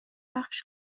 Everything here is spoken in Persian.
پخش